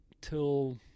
till